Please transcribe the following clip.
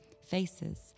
faces